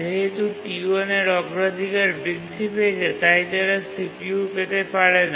যেহেতু T1 এর অগ্রাধিকার বৃদ্ধি পেয়েছে তাই তারা CPU পেতে পারে না